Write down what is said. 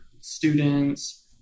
students